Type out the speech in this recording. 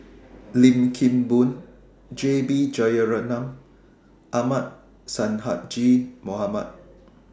Lim Kim Boon J B Jeyaretnam and Ahmad Sonhadji Mohamad